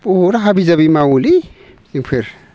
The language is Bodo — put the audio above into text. बहुद हाबि जाबि मावोलै जोंफोर